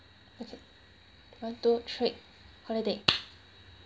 okay one two three holiday